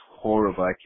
horrible